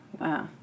Wow